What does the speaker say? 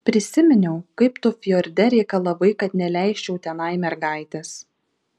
prisiminiau kaip tu fjorde reikalavai kad neleisčiau tenai mergaitės